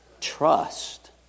trust